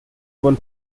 won